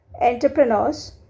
entrepreneurs